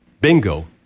bingo